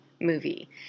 movie